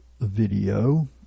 video